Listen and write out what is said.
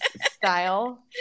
style